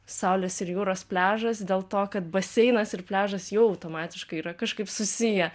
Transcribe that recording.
saulės ir jūros pliažas dėl to kad baseinas ir pliažas jau automatiškai yra kažkaip susiję